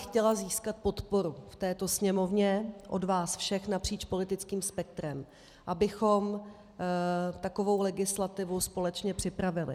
Chtěla bych získat podporu v této Sněmovně od vás všech napříč politickým spektrem, abychom takovou legislativu společně připravili.